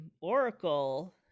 Oracle